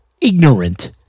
ignorant